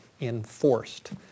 Enforced